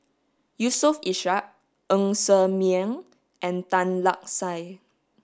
Yusof Ishak Ng Ser Miang and Tan Lark Sye